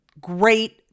great